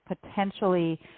potentially